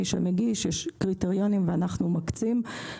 מי שמגיש יש קריטריונים ואנחנו מקצים.